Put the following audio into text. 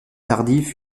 tardifs